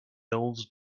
elves